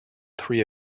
three